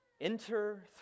Enter